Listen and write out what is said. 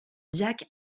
jack